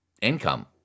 income